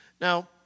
Now